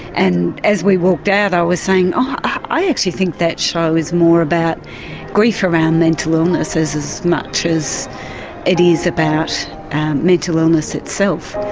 and as we walked out i was saying oh, i actually think that show is more about grief around mental illness as as much as it is about mental illness itself.